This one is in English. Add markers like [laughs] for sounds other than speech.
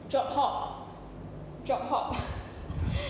job hop job hop [laughs]